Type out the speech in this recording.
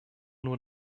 nur